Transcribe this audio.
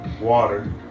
water